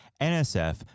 NSF